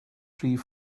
rhif